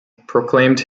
proclaimed